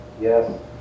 Yes